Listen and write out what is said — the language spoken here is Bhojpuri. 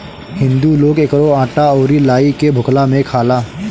हिंदू लोग एकरो आटा अउरी लाई के भुखला में खाला